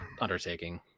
undertaking